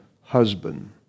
husband